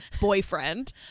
boyfriend